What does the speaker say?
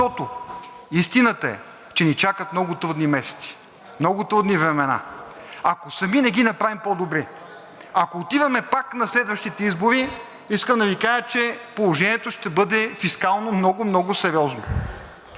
Защото, истината е, че ни чакат много трудни месеци, много трудни времена. Ако сами не ги направим по-добри, ако отиваме пак на следващите избори, искам да Ви кажа, че положението ще бъде фискално много, много сериозно